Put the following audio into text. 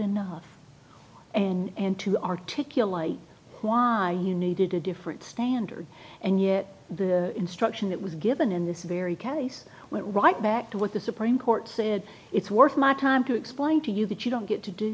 enough and to articulate why you needed a different standard and yet the instruction that was given in this very case went right back to what the supreme court said it's worth my time to explain to you that you don't get to do